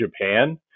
Japan